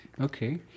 okay